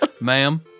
ma'am